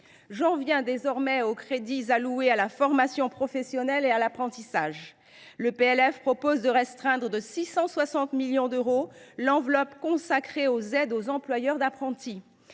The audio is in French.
J’en viens désormais aux crédits alloués à la formation professionnelle et à l’apprentissage. Le projet de loi de finances prévoit de restreindre de 660 millions d’euros l’enveloppe consacrée aux aides aux employeurs d’apprentis.